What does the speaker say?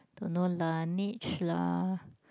don't know Laneige lah